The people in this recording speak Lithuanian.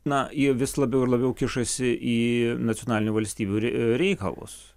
na ji vis labiau ir labiau kišasi į nacionalinių valstybių reikalus